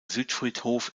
südfriedhof